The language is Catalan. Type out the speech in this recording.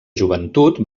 joventut